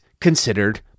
considered